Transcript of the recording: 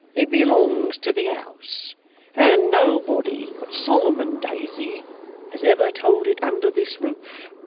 it belongs to the house and nobody but solomon daisy has ever told it under this roof,